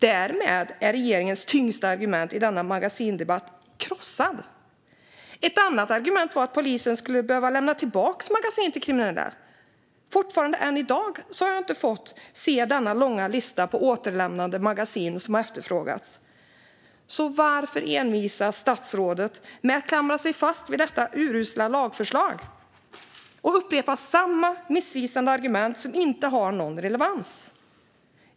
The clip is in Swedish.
Därmed är regeringens tyngsta argument i denna magasinsdebatt krossat. Ett annat argument var att polisen skulle behöva lämna tillbaka magasin till kriminella. Än i dag har jag inte fått se den långa lista på återlämnade magasin som har efterfrågats. Varför envisas statsrådet med att klamra sig fast vid detta urusla lagförslag och upprepa samma missvisande argument som inte har någon relevans?